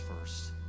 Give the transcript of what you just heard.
first